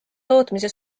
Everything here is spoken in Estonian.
tootmise